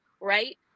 right